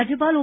રાજ્યપાલ ઓ